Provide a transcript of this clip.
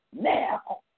now